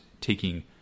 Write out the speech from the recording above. taking